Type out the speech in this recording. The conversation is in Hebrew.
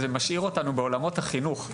זה משאיר אותנו בעולמות החינוך,